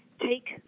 take